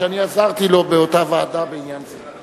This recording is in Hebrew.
ואני עזרתי לו באותה ועדה בעניין זה.